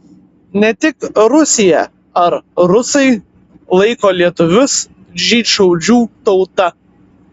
ne tik rusija ar rusai laiko lietuvius žydšaudžių tauta